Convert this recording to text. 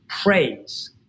praise